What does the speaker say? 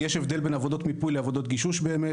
יש הבדל בין עבודות מיפוי לעבודות גישוש באמת.